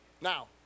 Now